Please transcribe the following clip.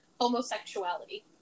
homosexuality